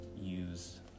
use